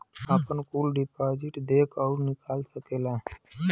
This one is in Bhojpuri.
आपन कुल डिपाजिट देख अउर निकाल सकेला